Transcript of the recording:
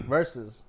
Versus